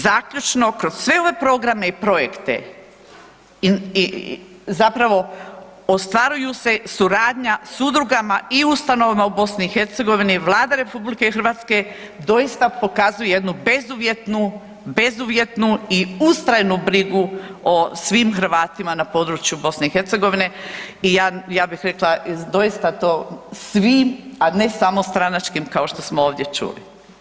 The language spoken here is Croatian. Zaključno, kroz sve ove programe i projekte i zapravo ostvaruju se suradnja s udrugama i ustanovama u BiH-u, Vlada RH doista pokazuje jednu bezuvjetnu i ustrajnu brigu o svim Hrvatima na području BiH-a i ja bih rekla, doista to svi a ne stranački kao što smo ovdje čuli.